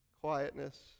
quietness